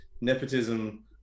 nepotism